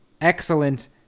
excellent